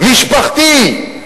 משפחתי,